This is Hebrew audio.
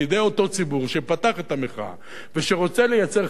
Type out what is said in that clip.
שפתח את המחאה ורוצה לייצר חלוקה אחרת,